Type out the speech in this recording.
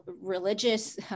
religious